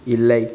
இல்லை